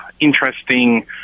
interesting